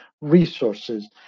resources